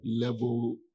Level